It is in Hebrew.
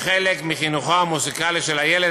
כחלק מחינוכו המוזיקלי של הילד,